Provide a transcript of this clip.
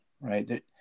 right